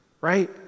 right